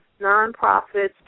nonprofits